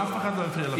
לא, אף אחד לא הפריע לך.